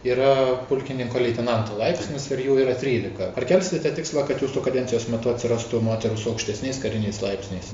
yra pulkininko leitenanto laipsnis ir jų yra trylika ar kelsite tikslą kad jūsų kadencijos metu atsirastų moterų su aukštesniais kariniais laipsniais